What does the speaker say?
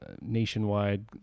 nationwide